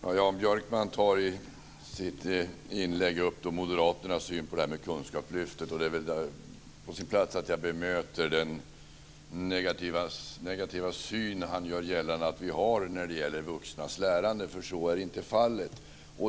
Fru talman! Jan Björkman tar i sitt inlägg upp moderaternas syn på Kunskapslyftet. Det är väl därför på sin plats att jag bemöter den negativa syn som han gör gällande att vi har när det gäller vuxnas lärande, för så är inte fallet.